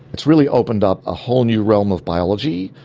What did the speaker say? it's really opened up a whole new realm of biology.